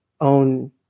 own